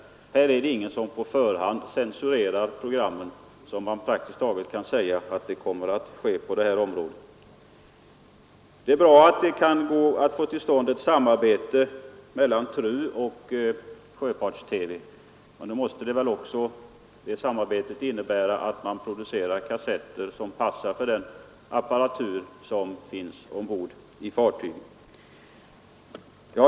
Här är det ingen som på förhand censurerar programmen, vilket man praktiskt taget kan säga, kommer att ske när det gäller sjöfolket. Det är bra att det går att få till stånd ett samarbete mellan TRU och Sjöfarts-TV. Men då måste det samarbetet innebära att man producerar kassetter som passar för den apparatur som finns ombord på fartygen.